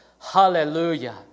Hallelujah